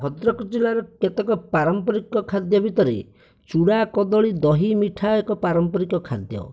ଭଦ୍ରକ ଜିଲ୍ଲାର କେତେକ ପାରମ୍ପରିକ ଖାଦ୍ୟ ଭିତରେ ଚୁଡ଼ା କଦଳୀ ଦହି ମିଠା ଏକ ପାରମ୍ପରିକ ଖାଦ୍ୟ